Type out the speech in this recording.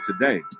today